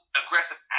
aggressive